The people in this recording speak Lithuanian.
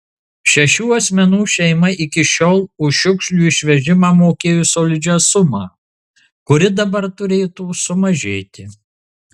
šešių asmenų šeima iki šiol už šiukšlių išvežimą mokėjo solidžią sumą kuri dabar turėtų sumažėti